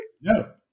no